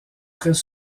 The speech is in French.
très